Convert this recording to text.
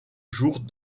jours